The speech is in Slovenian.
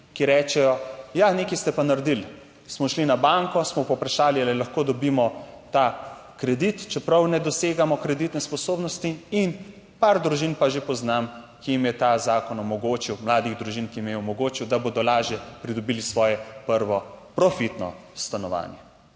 ki rečejo, ja, nekaj ste pa naredili, smo šli na banko, smo povprašali, ali lahko dobimo ta kredit, čeprav ne dosegamo kreditne sposobnosti. In par družin pa že poznam, ki jim je ta zakon omogočil, mladih družin, ki jim je omogočil, da bodo lažje pridobili svoje prvo profitno stanovanje.